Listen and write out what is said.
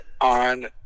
on